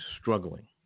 struggling